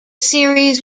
series